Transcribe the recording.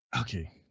okay